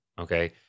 Okay